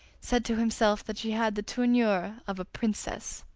said to himself that she had the tournure of a princess.